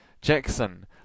Jackson